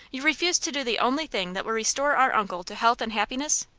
you refuse to do the only thing that will restore our uncle to health and happiness?